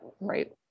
Right